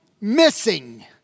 missing